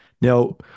Now